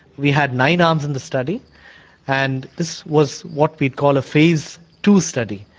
we had nine arms in the study and this was what we call a phase two study.